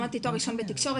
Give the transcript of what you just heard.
למדתי תואר ראשון בתקשורת,